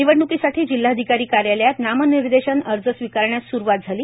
निवडण्कीसाठी जिल्हाधिकारी कार्यालयात नामनिर्देशन अर्ज स्वीकारण्यास सुरुवात झाली